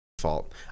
fault